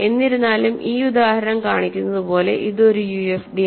എന്നിരുന്നാലും ഈ ഉദാഹരണം കാണിക്കുന്നതുപോലെ ഇത് ഒരു യുഎഫ്ഡി അല്ല